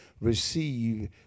receive